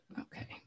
Okay